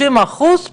30 אחוזים מהם,